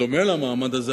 שדומה למעמד הזה,